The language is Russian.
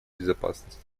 безопасность